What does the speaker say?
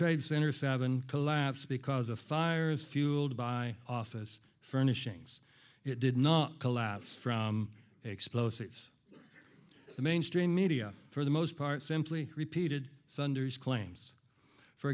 trade center seven collapsed because the fire is fueled by office furnishings it did not collapse from explosives the mainstream media for the most part simply repeated sunders claims for